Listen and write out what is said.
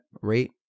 rate